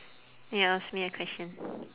ya ask me a question